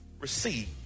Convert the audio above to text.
receive